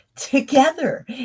together